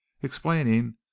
explaining